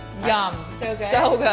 yum! so so good!